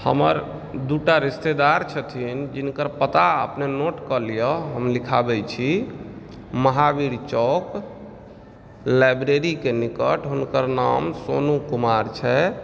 हमर दू टा रिश्तेदार छथिन जिनकर पता अपने नोट कऽ लिअ हम लिखाबै छी महावीर चौक लाइब्रेरी के निकट हुनकर नाम सोनू कुमार छै